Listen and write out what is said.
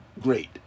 great